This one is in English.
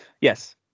Yes